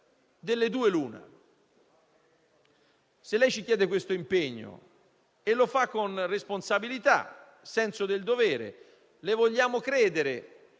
Delle due, l'una: se lei ci chiede questo impegno - e lo fa con responsabilità e senso del dovere - noi le vogliamo credere,